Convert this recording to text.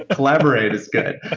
collaborate is good